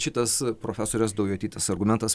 šitas profesorės daujotytės argumentas